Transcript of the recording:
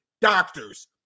Doctors